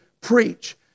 preach